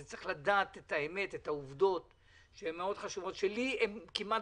צריך לדעת את האמת ואת העובדות שלי הן כמעט